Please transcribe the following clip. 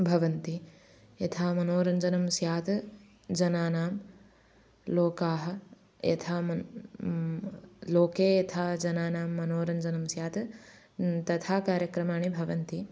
भवन्ति यथा मनोरञ्जनं स्यात् जनानां लोके यथा मनः लोके यथा जनानां मनोरञ्जनं स्यात् न तथा कार्यक्रमाः भवन्ति